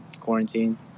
quarantine